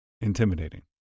Intimidating